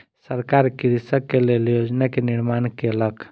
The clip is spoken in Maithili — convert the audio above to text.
सरकार कृषक के लेल योजना के निर्माण केलक